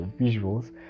visuals